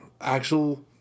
actual